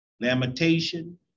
lamentation